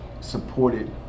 supported